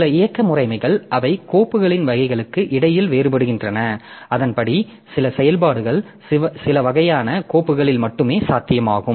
சில இயக்க முறைமைகள் அவை கோப்புகளின் வகைகளுக்கு இடையில் வேறுபடுகின்றன அதன்படி சில செயல்பாடுகள் சில வகையான கோப்புகளில் மட்டுமே சாத்தியமாகும்